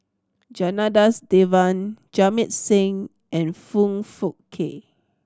Janadas Devan Jamit Singh and Foong Fook Kay